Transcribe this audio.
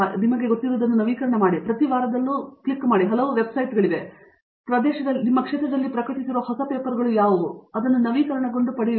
ನಿಮಗೆ ಗೊತ್ತಾ ನೀವು ಪ್ರತಿ ವಾರದಲ್ಲೂ ಅದನ್ನು ಕ್ಲಿಕ್ ಮಾಡುವ ಹಲವು ವೆಬ್ಸೈಟ್ಗಳಿವೆ ಆ ಪ್ರದೇಶದಲ್ಲಿ ಪ್ರಕಟಿಸಿದ ಪೇಪರ್ಗಳು ಯಾವುವು ಎಂದು ನೀವು ನವೀಕರಣಗಳನ್ನು ಪಡೆಯುತ್ತೀರಿ